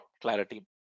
clarity